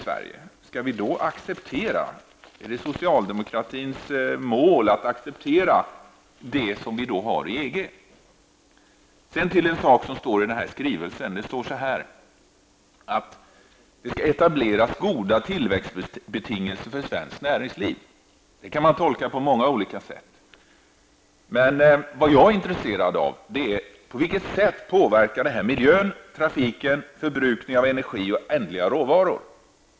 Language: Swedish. Är det socialdemokratins mål att acceptera den familjepolitik som förs i EG? I den här skrivelsen står det att det skall etableras goda tillväxtbetingelser för svenskt näringsliv. Detta kan tolkas på många olika sätt. Jag är intresserad av på vilket sätt detta påverkar miljön, trafiken samt förbrukningen av energi och ändliga råvaror.